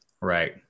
Right